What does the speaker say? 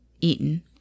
eaten